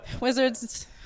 Wizards